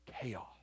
chaos